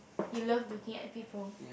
you love looking at people